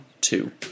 two